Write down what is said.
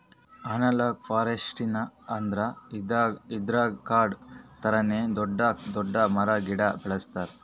analogue forestry ಅಂದ್ರ ಇದ್ರಾಗ್ ಕಾಡ್ ಥರಾನೇ ದೊಡ್ಡ್ ದೊಡ್ಡ್ ಮರ ಗಿಡ ಬೆಳಸ್ತಾರ್